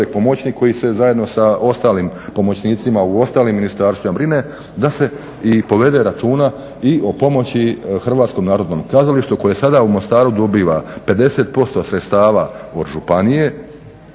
čovjek pomoćnik koji se zajedno sa ostalim pomoćnicima u ostalim ministarstvima brine da se i povede računa i o pomoći HNK-u koje sada u Mostaru dobiva 50% sredstava od županije